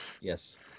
Yes